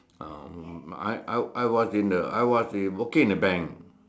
um I I I was in the I was in working in the bank